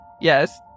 Yes